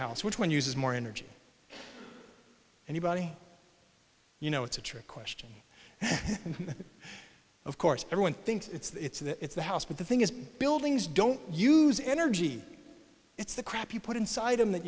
house which one uses more energy anybody you know it's a trick question and of course everyone thinks it's the house but the thing is buildings don't use energy it's the crap you put inside them that